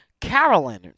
Carolyn